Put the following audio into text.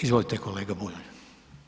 Izvolite kolega Bulj.